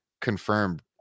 confirmed